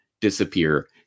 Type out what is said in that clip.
disappear